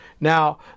Now